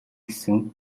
гэсэн